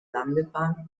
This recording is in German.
landebahn